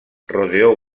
rodeó